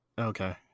Okay